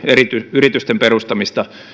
yritysten perustamista